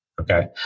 Okay